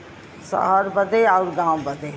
सहर बदे अउर गाँव बदे